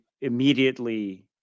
immediately